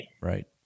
Right